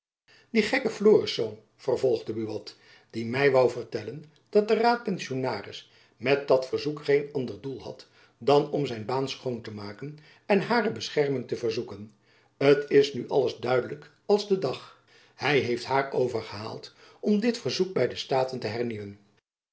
die gekke florisz vervolgde buat die my woû vertellen dat de raadpensionaris met dat bezoek geen ander doel had dan om zijn baan schoon te maken en hare bescherming te verzoeken t is nu alles duidelijk als de dag hy heeft haar overgehaald om dit verzoek by de staten te hernieuwen